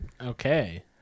Okay